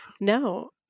No